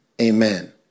Amen